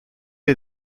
est